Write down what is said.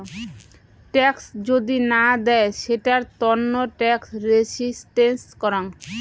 tax যদি না দেয় সেটার তন্ন ট্যাক্স রেসিস্টেন্স করাং